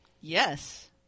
Yes